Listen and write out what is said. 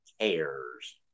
cares